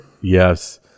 Yes